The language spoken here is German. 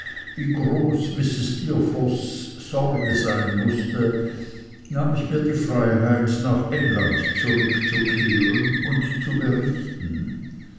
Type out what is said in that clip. wie groß mrs steerforths sorge sein mußte nahm ich mir die freiheit nach england zurückzukehren und zu berichten